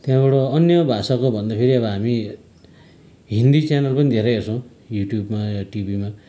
त्यहाँबाट अन्य भाषाको भन्दाखेरि अब हामी हिन्दी च्यानल पनि धेरै हेर्छौँ युट्युबमा या टिभीमा